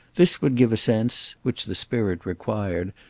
this would give a sense which the spirit required,